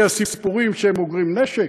הסיפורים שהם אוגרים נשק,